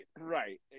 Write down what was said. right